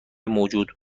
موجود